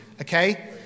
Okay